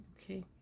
okay